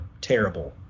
terrible